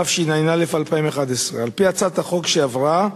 התשע"א 2011. על-פי הצעת החוק שעברה,